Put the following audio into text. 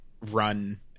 run